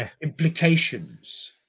implications